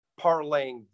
parlaying